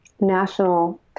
national